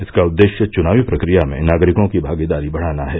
इसका उद्देश्य चुनावी प्रक्रिया में नागरिकों की भागीदारी बढ़ाना है